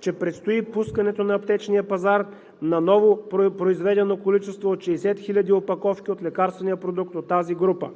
че предстои пускането на аптечния пазар на ново произведено количество от 60 хиляди опаковки от лекарствения продукт от тази група.